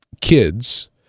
kids –